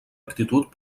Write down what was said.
actitud